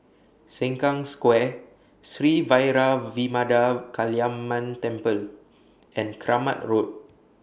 Sengkang Square Sri Vairavimada Kaliamman Temple and Kramat Road